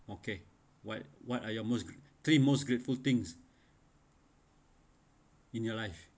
okay what what are your most three most grateful things in your life